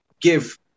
give